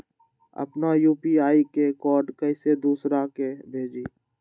अपना यू.पी.आई के कोड कईसे दूसरा के भेजी?